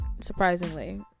surprisingly